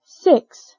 Six